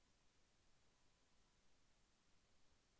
Cell phone bill ఎలా కట్టారు?